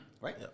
right